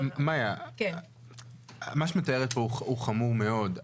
מאיה, מה שאת מתארת פה הוא חמור מאוד.